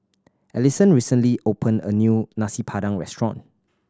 Alison recently opened a new Nasi Padang restaurant